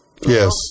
yes